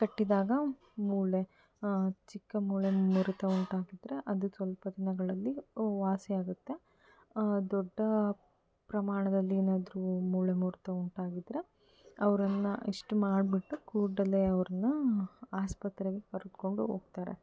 ಕಟ್ಟಿದಾಗ ಮೂಳೆ ಚಿಕ್ಕ ಮೂಳೆ ಮುರಿತ ಉಂಟಾಗಿದ್ದರೆ ಅದು ಸ್ವಲ್ಪ ದಿನಗಳಲ್ಲಿ ವಾಸಿ ಆಗುತ್ತೆ ದೊಡ್ಡ ಪ್ರಮಾಣದಲ್ಲಿ ಏನಾದ್ರೂ ಮೂಳೆ ಮುರಿತ ಉಂಟಾಗಿದ್ದರೆ ಅವರನ್ನು ಇಷ್ಟು ಮಾಡಿಬಿಟ್ಟು ಕೂಡಲೇ ಅವರನ್ನು ಆಸ್ಪತ್ರೆಗೆ ಕರ್ಕೊಂಡು ಹೋಗ್ತರೆ